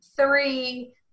three